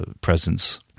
presence